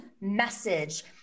message